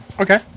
Okay